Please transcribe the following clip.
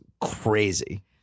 crazy